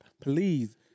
Please